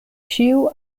ĉiu